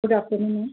good afternoon ma'am